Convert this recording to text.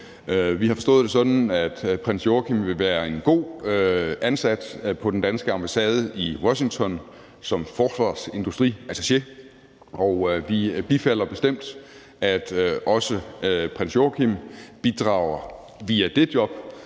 Vi har forstået det sådan, at prins Joachim vil være en god ansat på den danske ambassade i Washington som forsvarsindustriattaché, og vi bifalder bestemt, at også prins Joachim bidrager via det job